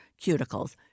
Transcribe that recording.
cuticles